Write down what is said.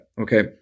okay